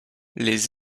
les